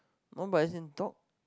oh but is in talk